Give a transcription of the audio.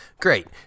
Great